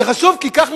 זה חשוב כי כך,